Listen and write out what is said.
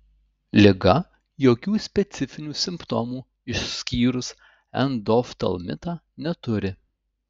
liga jokių specifinių simptomų išskyrus endoftalmitą neturi